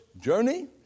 journey